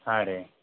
ಹಾಂ ರೀ